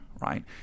right